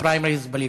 הפריימריז בליכוד.